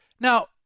Now